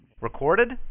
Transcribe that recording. Recorded